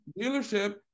dealership